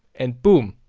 and boom.